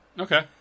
Okay